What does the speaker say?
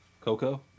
Coco